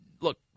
Look